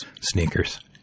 Sneakers